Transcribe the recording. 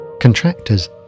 Contractors